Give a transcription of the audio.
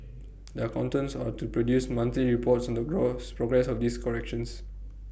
the accountants are to produce monthly reports on the gross progress of these corrections